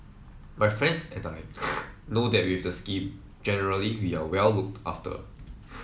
my friends and I know that with the scheme generally we are well looked after